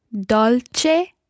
Dolce